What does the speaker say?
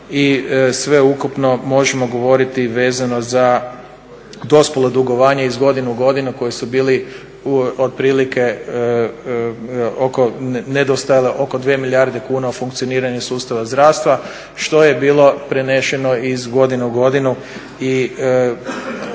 sveukupno možemo govoriti vezano za dospjelo dugovanje iz godine u godinu koji su bili otprilike oko, nedostajalo je oko 2 milijarde kuna u funkcioniranju sustava zdravstva što je bilo prenešeno iz godine u godinu.